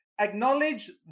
acknowledge